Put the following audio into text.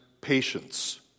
patience